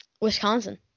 Wisconsin